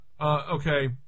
okay